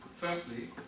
Firstly